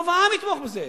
רוב העם יתמוך בזה.